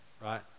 Right